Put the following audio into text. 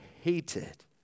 hated